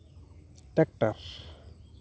tractor